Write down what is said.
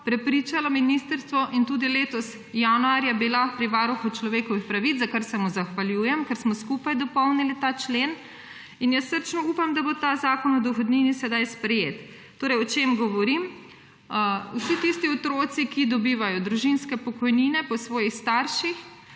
prepričala ministrstvo in tudi bila letos januarja pri Varuhu človekovih pravic, za kar se mu zahvaljujem, ker smo skupaj dopolnili ta člen, in jaz srčno upam, da bo ta zakon o dohodnini sedaj sprejet. O čem torej govorim? Vsi tisti otroci, ki dobivajo družinske pokojnine po svojih starših,